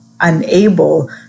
unable